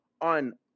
on